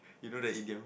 you know that idiom